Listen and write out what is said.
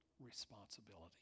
Responsibility